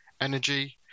energy